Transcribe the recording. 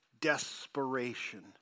desperation